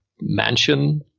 mansion